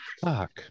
fuck